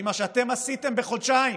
כי מה שאתם עשיתם בחודשיים